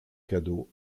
cadeau